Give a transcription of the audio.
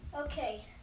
Okay